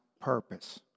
purpose